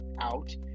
out